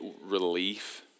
relief